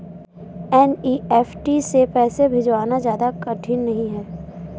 NEFT से पैसे भिजवाना ज्यादा कठिन नहीं है